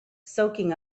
soaking